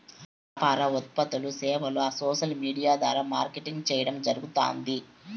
యాపార ఉత్పత్తులూ, సేవలూ ఆ సోసల్ విూడియా ద్వారా మార్కెటింగ్ చేయడం జరగుతాంది